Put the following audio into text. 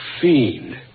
fiend